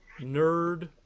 nerd